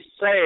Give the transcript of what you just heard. say